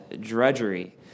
drudgery